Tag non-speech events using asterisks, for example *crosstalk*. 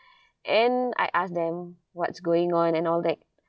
*breath* and I ask them what's going on and all that